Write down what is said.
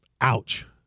Ouch